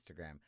Instagram